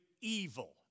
evil